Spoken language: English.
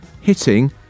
hitting